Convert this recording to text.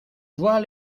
voit